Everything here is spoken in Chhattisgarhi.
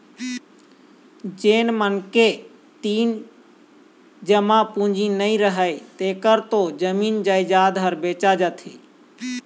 जेन मनखे तीर जमा पूंजी नइ रहय तेखर तो जमीन जयजाद ह बेचा जाथे